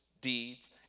deeds